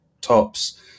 tops